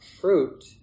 fruit